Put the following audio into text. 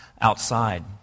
outside